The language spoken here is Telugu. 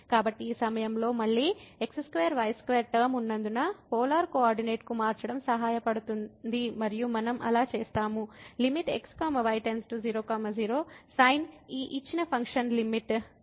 కాబట్టి ఈ సమయంలో మళ్ళీ x2 y2 టర్మ ఉన్నందున పోలార్ కోఆర్డినేట్కు మార్చడం సహాయపడుతుంది మరియు మనం అలా చేస్తాము limit x y → 00 sin term ఈ ఇచ్చిన ఫంక్షన్ లిమిట్ r→0 గా మార్చబడుతుంది